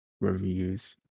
reviews